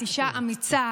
את אישה אמיצה,